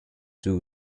two